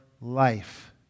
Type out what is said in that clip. life